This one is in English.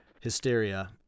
Hysteria